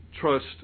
trust